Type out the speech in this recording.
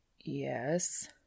Yes